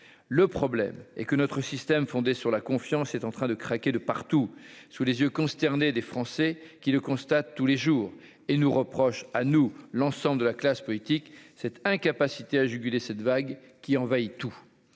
le problème est que notre système fondé sur la confiance est en train de craquer de partout, sous les yeux, consterné, des Français qui le constate tous les jours et nous reproche à nous, l'ensemble de la classe politique, cette incapacité à juguler cette vague qui envahit tout,